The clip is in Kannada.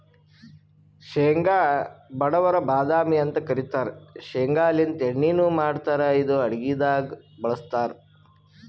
ಶೇಂಗಾ ಬಡವರ್ ಬಾದಾಮಿ ಅಂತ್ ಕರಿತಾರ್ ಶೇಂಗಾಲಿಂತ್ ಎಣ್ಣಿನು ಮಾಡ್ತಾರ್ ಇದು ಅಡಗಿದಾಗ್ ಬಳಸ್ತಾರ್